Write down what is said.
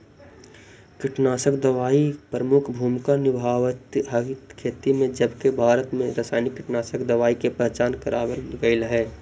कीटनाशक दवाई प्रमुख भूमिका निभावाईत हई खेती में जबसे भारत में रसायनिक कीटनाशक दवाई के पहचान करावल गयल हे